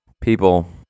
people